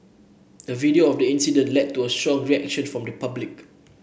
a video of the incident led to a strong reaction from the public